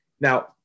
now